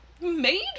made